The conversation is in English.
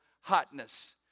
hotness